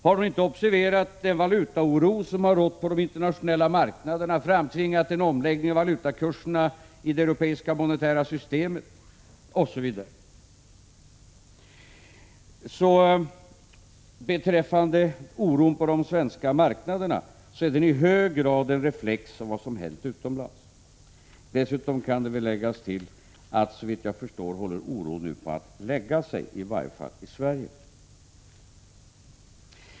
Har hon inte observerat valutaoron som har rått på de internationella marknaderna och framtvingat en omläggning av valutakurserna i det europeiska monetära systemet, osv? Oron på de svenska marknaderna är i hög grad en reflex av vad som hänt utomlands. Dessutom kan läggas till att oron nu håller på att lägga sig, i varje fall i Sverige. Fru talman!